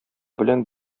белән